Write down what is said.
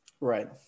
Right